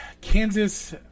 Kansas